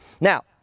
Now